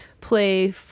play